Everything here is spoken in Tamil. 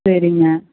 சரிங்க